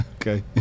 Okay